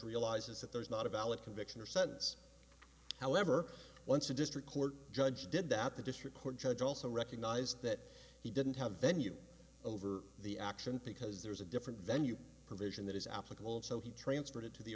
realizes that there is not a valid conviction or sentence however once a district court judge did that the district court judge also recognized that he didn't have a venue over the action because there is a different venue provision that is applicable so he transferred it to the